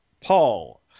Paul